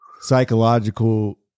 Psychological